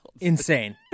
Insane